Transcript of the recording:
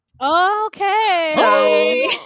okay